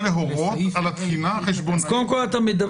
על הבחינה החשבונאית --- קודם כל, אתה מדבר